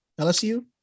LSU